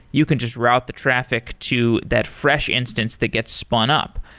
you can just route the traffic to that fresh instance that gets spun up.